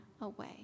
away